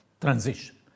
transition